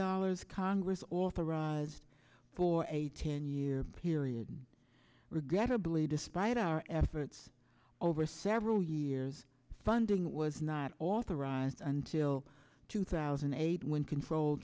dollars congress authorized for a ten year period regrettably despite our efforts over several years funding was not authorized and till two thousand and eight when control